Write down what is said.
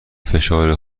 فشار